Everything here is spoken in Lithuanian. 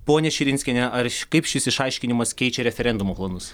ponia širinskiene ar kaip šis išaiškinimas keičia referendumo planus